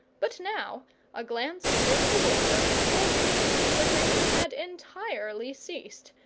but now a glance through the window told me that the rain had entirely ceased,